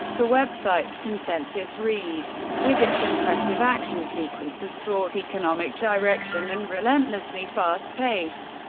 the website's consensus reads, with its impressive action sequences, taut economic direction, and relentlessly fast pace,